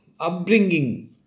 Upbringing